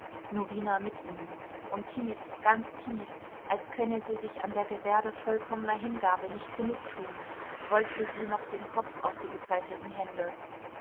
norina mit ihnen und tief ganz tief als könne sie sich an der gebärde vollkommener hingabe nicht genug tun beugte sie noch den kopf auf die gefalteten hände